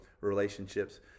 relationships